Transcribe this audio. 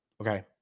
Okay